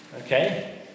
Okay